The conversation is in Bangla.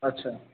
আচ্ছা